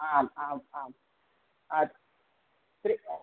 आम् आम् आम् अस्ति त्रीणि